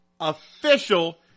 official